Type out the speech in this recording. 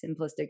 simplistic